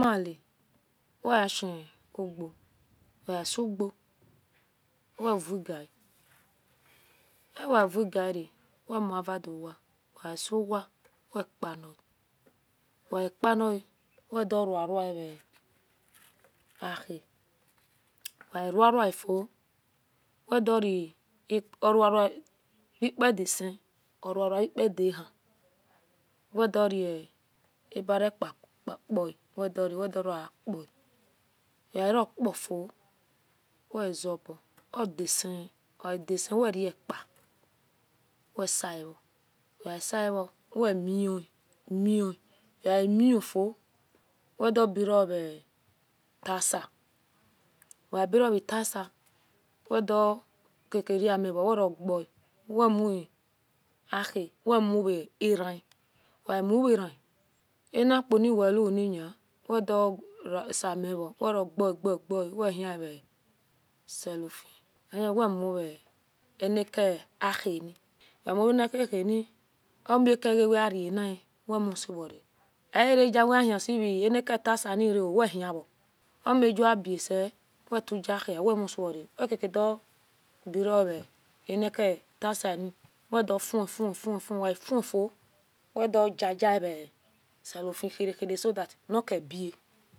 weshiuguo urevugari ewevugaria wemuaudowa wegesuwa wepalo weipaloe wedorurue aha weinirruafiuowedor repadisi o padahi wedure abarepku weduyapa wearokofio wezebo odasie odasiewi repa wesiyo weaisiayo wemi wemi wemi weaimifui wedobarove tasir weberoaye tasir weduokakeramiuo werogoe wemu-aha wemuvran wemuvrani anaukuni niwehunina wedosimivo wegugi gu wehie silofi dem wemura nakaheni weamuvnakanani omekegnwe hireni wemusivora earavegn wehihisiv tasirniro wehiro omebo buse wetogahua wemusivora wekekedu bro vonikitasini wedofufufu wefufio wedagage e silofi bea her her sokov nakebia